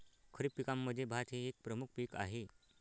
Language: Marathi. खरीप पिकांमध्ये भात हे एक प्रमुख पीक आहे